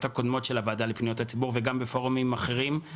הקודמות של הוועדה לפניות הציבור וגם בפורומים אחרים.